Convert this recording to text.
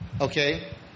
Okay